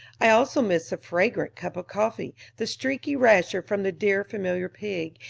i also missed the fragrant cup of coffee, the streaky rasher from the dear familiar pig,